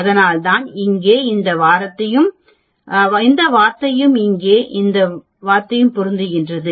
அதனால்தான் இங்கே இந்த வார்த்தையும் இங்கே இந்த வார்த்தையும் பொருந்துகிறது